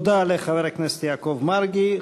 תודה לחבר הכנסת יעקב מרגי.